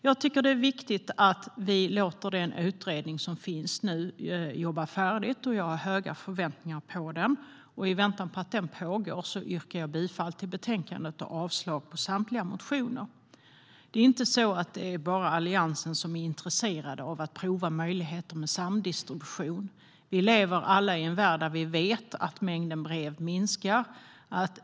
Jag tycker att det är viktigt att vi låter den utredning som nu finns jobba färdigt, och jag har höga förväntningar på den. I väntan på att den blir klar yrkar jag bifall till förslaget i betänkandet och avslag på samtliga motioner. Det är inte bara Alliansen som är intresserad av att prova möjligheterna med samdistribution. Vi lever alla i en värld där vi vet att mängden brev minskar.